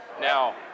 Now